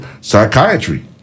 psychiatry